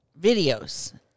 videos